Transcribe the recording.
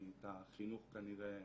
אני את החינוך כנראה